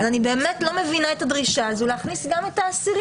אז אני באמת לא מבינה את הדרישה הזו להכניס גם את האסירים.